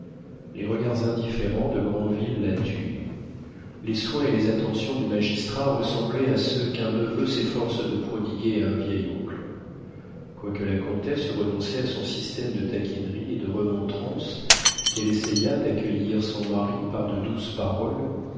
les regards indifférents de granville la tuaient les soins et les attentions du magistrat ressemblaient à ceux qu'un neveu s'efforce de prodiguer à un vieil oncle quoique la comtesse eût renoncé à son système de taquinerie et de remontrances et qu'elle essayât d'accueillir son mari par de douces paroles